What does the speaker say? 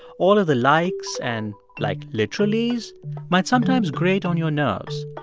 all of the likes and, like, literallies might sometimes grate on your nerves,